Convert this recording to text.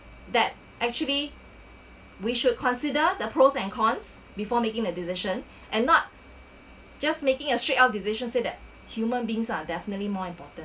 that actually we should consider the pros and cons before making the decision and not just making a strict out decision said that human beings are definitely more important